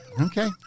okay